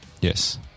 Yes